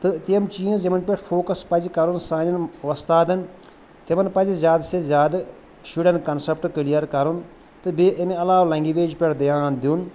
تہٕ تِم چیٖز یِمَن پٮ۪ٹھ فوکَس پَزِ کَرُن سانٮ۪ن وۄستادَن تِمَن پَزِ زیادٕ سے زیادٕ شُرٮ۪ن کَنسیپٹہٕ کٕلیر کَرُن تہٕ بیٚیہِ اَمہِ علاوٕ لنٛگویج پٮ۪ٹھ دھیان دیُن